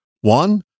One